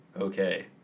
okay